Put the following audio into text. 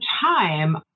time